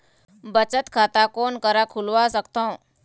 बचत खाता कोन करा खुलवा सकथौं?